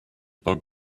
bug